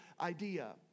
idea